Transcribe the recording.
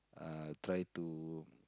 uh try to